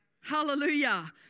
hallelujah